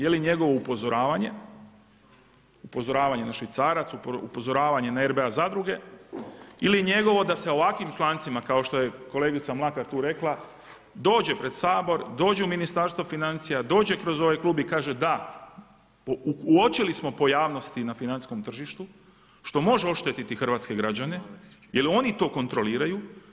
Je li njegovo upozoravanje, upozoravanje na švicarac, upozoravanje na RBA zadruge ili je njegovo da sa ovakvim člancima kao što je kolegica Mlakar tu rekla dođe pred Sabor, dođu u Ministarstvo financija, dođe kroz ovaj klub i kaže da, uočili smo pojavnosti na financijskom tržištu što može oštetiti hrvatske građane jer oni to kontroliraju.